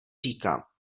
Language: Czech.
říkám